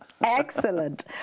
Excellent